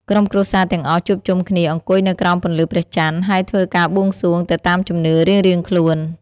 ក្រុមគ្រួសារទាំងអស់ជួបជុំគ្នាអង្គុយនៅក្រោមពន្លឺព្រះច័ន្ទ ហើយធ្វើការបួងសួងទៅតាមជំនឿរៀងៗខ្លួន។